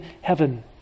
heaven